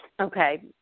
Okay